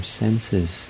senses